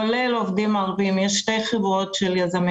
כולל עובדים ערבים יש שתי חברות של יזמים